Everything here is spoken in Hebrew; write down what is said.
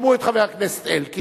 שמעו את חבר הכנסת אלקין,